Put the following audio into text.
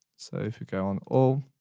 so if we go on all,